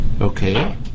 Okay